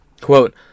quote